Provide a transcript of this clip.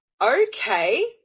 Okay